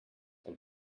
and